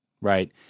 right